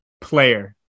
player